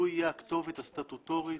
הוא יהיה הכתובת הסטטוטורית